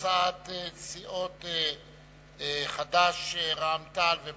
להצעת סיעות חד"ש, רע"ם-תע"ל ובל"ד.